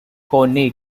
koenig